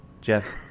Jeff